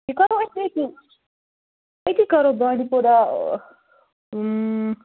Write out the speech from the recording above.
یہِ کَرو أسۍ أتی أتی کَرو بانٛڈی پورہ